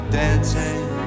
dancing